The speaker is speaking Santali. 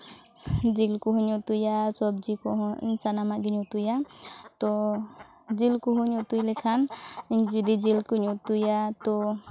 ᱡᱤᱞ ᱠᱚᱦᱚᱧ ᱩᱛᱩᱭᱟ ᱥᱚᱵᱽᱡᱤ ᱠᱚᱦᱚᱸ ᱤᱧ ᱥᱟᱱᱟᱢᱟᱜ ᱜᱤᱧ ᱩᱛᱩᱭᱟ ᱛᱚ ᱡᱤᱞ ᱠᱚᱦᱚᱧ ᱩᱛᱩ ᱞᱮᱠᱷᱟᱱ ᱤᱧ ᱡᱩᱫᱤ ᱡᱤᱞ ᱠᱚᱧ ᱩᱛᱩᱭᱟ ᱛᱚ